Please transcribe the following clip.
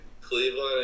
Cleveland